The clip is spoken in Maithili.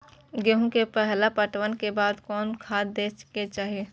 गेहूं के पहला पटवन के बाद कोन कौन खाद दे के चाहिए?